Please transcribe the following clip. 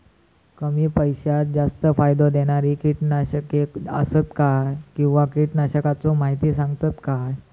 कमी पैशात जास्त फायदो दिणारी किटकनाशके आसत काय किंवा कीटकनाशकाचो माहिती सांगतात काय?